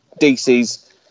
DC's